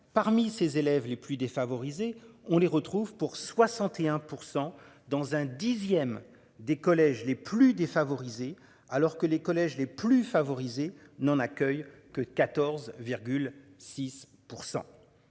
parmi ses élèves les plus défavorisés. On les retrouve pour 61% dans un dixième des collèges les plus défavorisés. Alors que les collèges les plus favorisés n'en accueille que 14,6%.